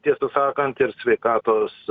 tiesą sakant ir sveikatos